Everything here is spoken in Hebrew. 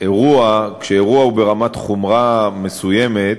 כשאירוע הוא ברמת חומרה מסוימת,